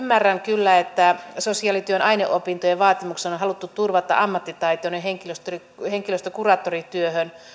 ymmärrän kyllä että sosiaalityön aineopintojen vaatimuksena on on haluttu turvata ammattitaitoinen henkilöstö kuraattorin työhön